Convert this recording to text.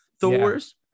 Thors